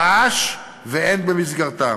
רעש, והן במסגרתם.